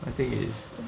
I think it is